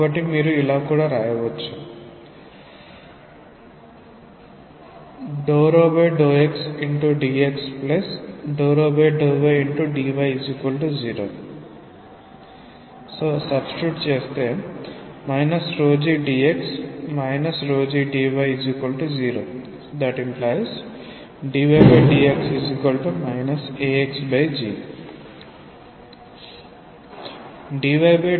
కాబట్టి మీరు వ్రాయవచ్చు ∂∂xdx∂∂ydy0 g dx g dy0dydx axg